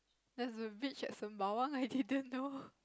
there's a beach at Sembawang I didn't know